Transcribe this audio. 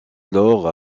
alors